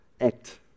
act